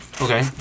Okay